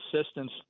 assistance